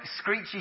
screechy